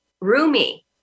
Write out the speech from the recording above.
Rumi